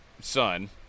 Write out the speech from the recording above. son